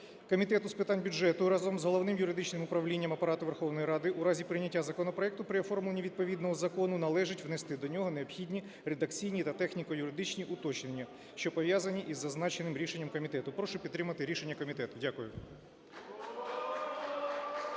Комітету з питань бюджету разом з Головним юридичним управлінням Апарату Верховної Ради у разі прийняття законопроекту при оформленні відповідного закону належить внести до нього необхідні редакційні та техніко-юридичні уточнення, що пов'язані із зазначеним рішенням комітету. Прошу підтримати рішення комітету. Дякую.